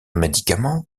médicament